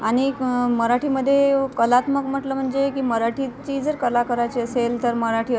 आणिक मराठीमध्ये कलात्मक म्हटलं म्हणजे की मराठीची जर कलाकाराची असेल तर मराठी